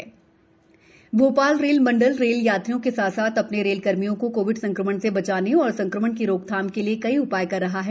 rail संक्रमण बचाव Bhopal रेल मंडल रेल यात्रियों के साथ साथ अ ने रेलकर्मियों को कोविड संक्रमण से बचाने एवं संक्रमण की रोकथाम के लिए कई उपाय किए जा रहे हैं